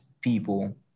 people